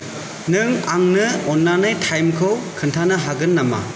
नों आंनो अननानै टाइमखौ खोन्थानो हागोन नामा